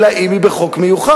אלא אם כן היא בחוק מיוחד.